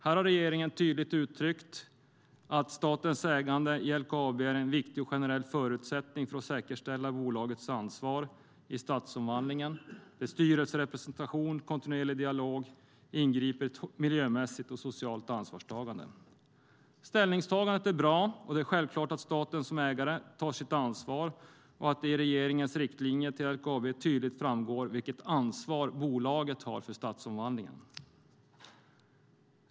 Här har regeringen tydligt uttryckt att statens ägande i LKAB är en viktig och generell förutsättning för att säkerställa bolagets ansvar i stadsomvandlingen, där styrelserepresentation och kontinuerlig dialog inbegriper ett miljömässigt och socialt ansvarstagande. Ställningstagandet är bra. Det är självklart att staten som ägare tar sitt ansvar och att det i regeringens riktlinjer till LKAB tydligt framgår vilket ansvar bolaget har för stadsomvandlingen.